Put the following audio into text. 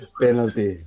penalty